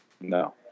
No